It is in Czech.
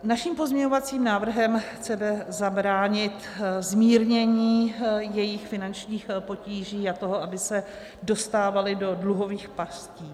Naším pozměňovacím návrhem chceme zabránit (?) zmírnění jejich finančních potíží a toho, aby se dostávali do dluhových pastí.